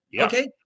Okay